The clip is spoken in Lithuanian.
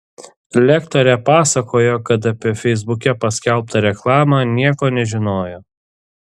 lektorė pasakojo kad apie feisbuke paskelbtą reklamą nieko nežinojo